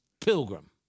pilgrim